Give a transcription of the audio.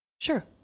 Sure